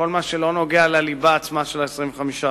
כל מה שלא נוגע לליבה עצמה של ה-25%.